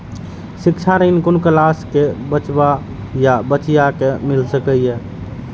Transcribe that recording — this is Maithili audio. शिक्षा ऋण कुन क्लास कै बचवा या बचिया कै मिल सके यै?